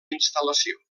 instal·lació